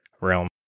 realm